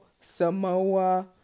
Samoa